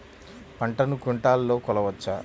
పంటను క్వింటాల్లలో కొలవచ్చా?